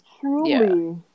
Truly